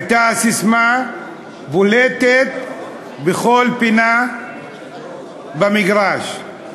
הייתה הססמה בולטת בכל פינה במגרש.